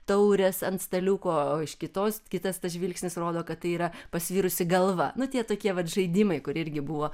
taurės ant staliuko o iš kitos kitas tas žvilgsnis rodo kad tai yra pasvirusi galva nu tie tokie vat žaidimai kurie irgi buvo